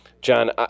John